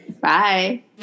Bye